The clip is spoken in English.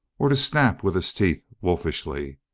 or to snap with his teeth wolfishly.